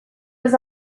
was